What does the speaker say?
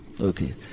okay